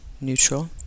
neutral